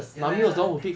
ya lah ya lah